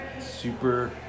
super